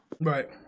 Right